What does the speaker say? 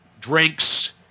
drinks